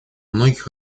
многих